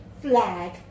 flag